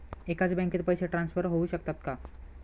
एकाच बँकेत पैसे ट्रान्सफर होऊ शकतात का?